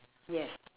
yes